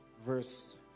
verse